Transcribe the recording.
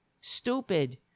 stupid